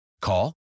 Call